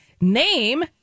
Name